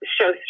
show